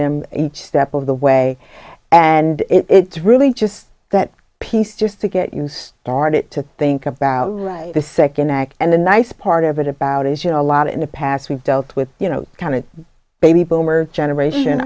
them each step of the way and it's really just that piece just to get you started to think about the second act and the nice part of it about is you know a lot in the past we've dealt with you know kind of baby boomer generation